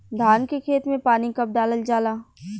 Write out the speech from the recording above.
धान के खेत मे पानी कब डालल जा ला?